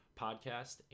podcast